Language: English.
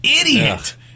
idiot